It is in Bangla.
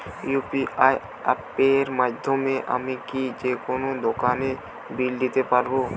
ইউ.পি.আই অ্যাপের মাধ্যমে আমি কি যেকোনো দোকানের বিল দিতে পারবো?